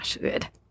Good